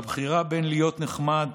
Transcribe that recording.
בבחירה בין להיות נחמד,